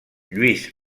lluís